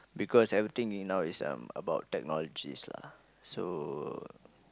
because everything in now is um about technologies lah so